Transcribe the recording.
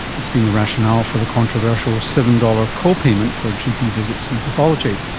it's been the rationale for the controversial seven dollars co-payment for gp visits and pathology.